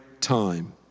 time